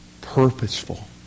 purposeful